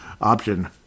option